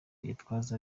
gitwaza